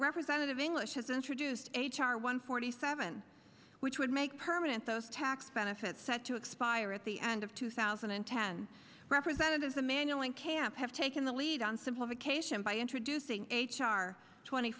representative english has introduced h r one forty seven which would make permanent those tax benefits set to expire at the end of two thousand and ten representatives emanuel and camp have taken the lead on simplification by introducing h r twenty